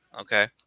Okay